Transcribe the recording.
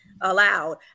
allowed